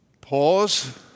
pause